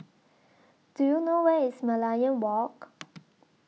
Do YOU know Where IS Merlion Walk